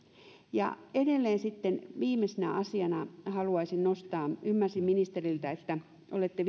edelleen sitten viimeisenä asiana haluaisin nostaa esille kun ymmärsin ministeriltä että olette